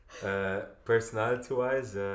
Personality-wise